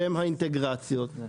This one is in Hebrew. שהם האינטגרציות,